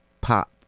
pop